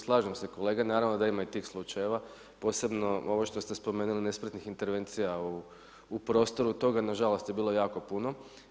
Slažem se kolega, naravno da ima i tih slučajeva posebno ovo što ste spomenuli nespretnih intervencija u prostoru toga nažalost je bilo jako puno.